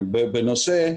בנושא,